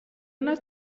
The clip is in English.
not